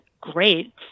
great